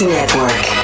Network